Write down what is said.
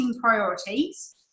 priorities